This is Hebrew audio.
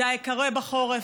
זה קורה בחורף,